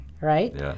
right